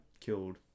killed